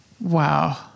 Wow